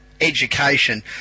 education